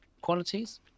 qualities